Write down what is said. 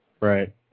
Right